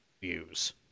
views